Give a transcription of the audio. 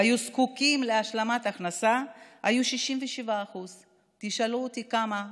והיו זקוקים להשלמת הכנסה היה 67%. תשאלו אותי כמה השנה?